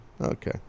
Okay